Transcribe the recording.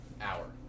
hour